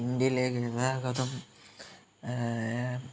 ഇന്ത്യയിലെ ഗതാഗതം